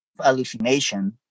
hallucination